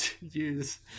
use